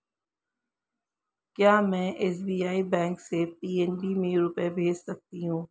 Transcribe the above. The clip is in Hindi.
क्या में एस.बी.आई बैंक से पी.एन.बी में रुपये भेज सकती हूँ?